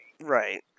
Right